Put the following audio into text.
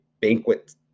banquet